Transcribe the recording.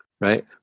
right